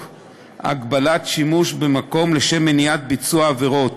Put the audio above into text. הגבלת שימוש במקום לשם מניעת ביצוע עבירות